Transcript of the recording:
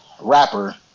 rapper